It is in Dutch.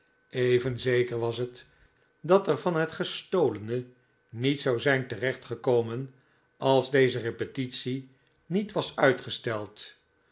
even zeker was het dat er van het gestolene niets zou zijn terecht gekomen als deze repetitie niet was uitgesteld